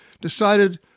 decided